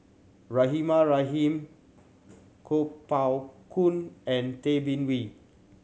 Rahimah Rahim Kuo Pao Kun and Tay Bin Wee